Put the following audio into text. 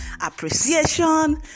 appreciation